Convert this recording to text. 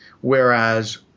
whereas